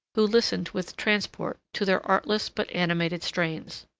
who listened with transport to their artless but animated strains.